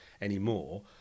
anymore